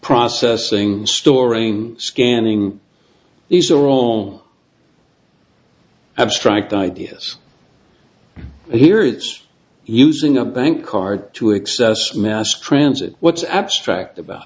processing storing scanning these are all abstract ideas here it's using a bank card to excess mass transit what's abstract about